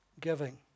giving